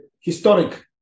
historic